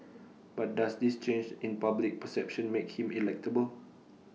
but does this change in public perception make him electable